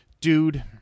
dude